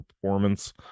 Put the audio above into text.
performance